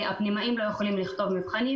הפנימאים לא יכולים לכתוב מבחנים,